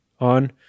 on